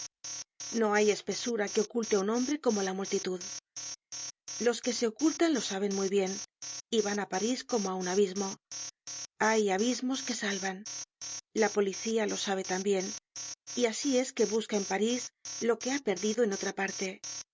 no hay espesura que oculte á un hombre como la multitud los que se ocultan lo saben muy bien y van á parís como á un abismo hay abismos que salvan la policía lo sabe tambien y asi es que busca en parís lo que ha perdido en otra parte